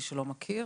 למי שלא מכיר.